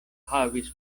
havis